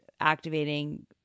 activating